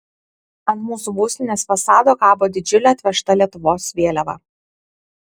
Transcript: ant mūsų būstinės fasado kabo didžiulė atvežta lietuvos vėliava